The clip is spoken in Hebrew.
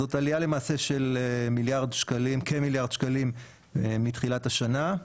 למעשה, זאת עלייה של כמיליארד שקלים מתחילת השנה.